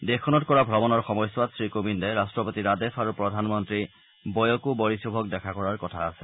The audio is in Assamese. দেশখনত কৰা ভ্ৰমণৰ সময়ছোৱাত শ্ৰীকোবিন্দে ৰট্টপতি ৰাডেফ আৰু প্ৰধানমন্ত্ৰী বয়কো বৰিছোভক দেখা কৰাৰ কথা আছে